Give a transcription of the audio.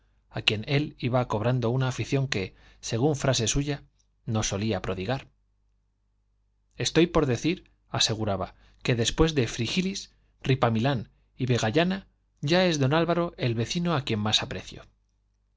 a quien él iba cobrando una afición que según frase suya no solía prodigar estoy por decir aseguraba que después de frígilis ripamilán y vegallana ya es don álvaro el vecino a quien más aprecio